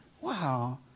Wow